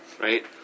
right